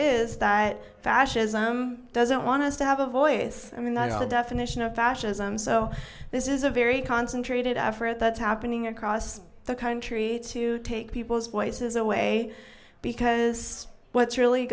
is that fascism doesn't want us to have a voice i mean that's the definition of fascism so this is a very concentrated effort that's happening across the country to take people's voices away because what's really